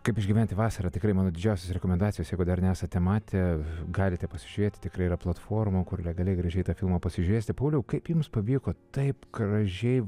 kaip išgyventi vasarą tikrai mano didžiausios rekomendacijos jeigu dar nesate matę galite pasižiūrėti tikrai yra platformų kur legaliai gražiai tą filmą pasižiūrėsite pauliau kaip jums pavyko taip gražiai